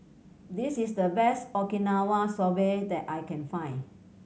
this is the best Okinawa Soba that I can find